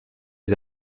des